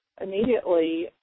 immediately